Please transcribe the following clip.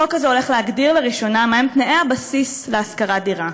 החוק הזה הולך להגדיר לראשונה מה הם תנאי הבסיס להשכרת דירה.